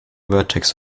vertex